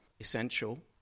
essential